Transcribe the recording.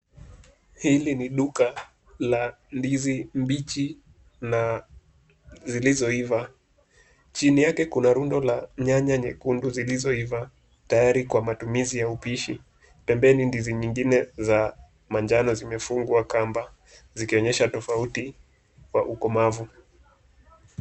Hili ni duka la ndizi mbichi na zilizoiva, chini yake kuna rundo la nyanya nyekundu zilizoiva, tayari kwa matumizi ya upishi. Pembeni ndizi nyingine za manjano zimefungwa kamba, zikionyesha tofauti kwa ukomavu.